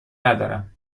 ندارم